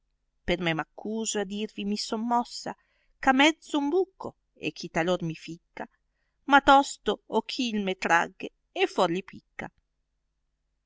per me m accuso e a dirvi mi son mossa ch'a mezzo ho un bucco e chi talor mi ficca ma tosto ho chi me'l tragge e forli picca